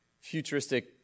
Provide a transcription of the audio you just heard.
futuristic